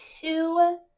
two